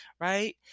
right